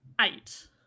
Eight